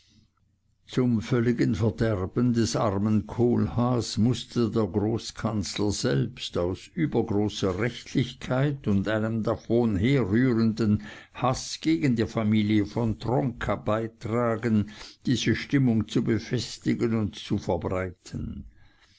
zum völligen verderben des armen kohlhaas mußte der großkanzler selbst aus übergroßer rechtlichkeit und einem davon herrührenden haß gegen die familie von tronka beitragen diese stimmung zu befestigen und zu verbreiten